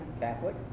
Catholic